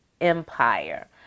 empire